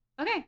Okay